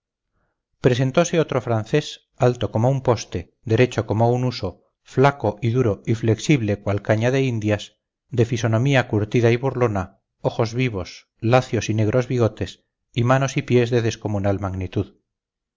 presentose otro francés alto como un poste derecho como un huso flaco y duro y flexible cual caña de indias de fisonomía curtida y burlona ojos vivos lacios y negros bigotes y manos y pies de descomunal magnitud